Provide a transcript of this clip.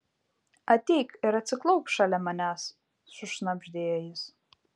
ateik ir atsiklaupk šalia manęs sušnabždėjo jis